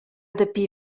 dapi